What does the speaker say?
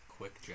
quick